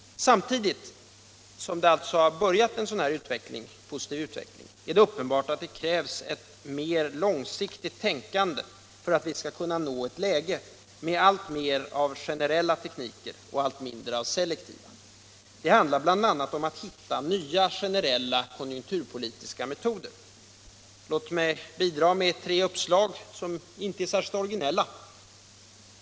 Samtidigt är det uppenbart att det krävs ett mer långsiktigt tänkande för att vi skall kunna nå ett läge med alltmer av generella tekniker och allt mindre av selektiva. Det handlar bl.a. om att hitta nya gersrella konjunkturpolitiska metoder. Låt mig bidra med tre uppslag som inte är särskilt originella.